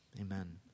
Amen